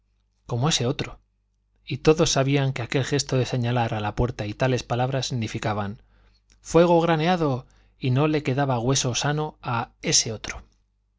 como ese otro y todos sabían que aquel gesto de señalar a la puerta y tales palabras significaban fuego graneado y no le quedaba hueso sano a ese otro